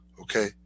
okay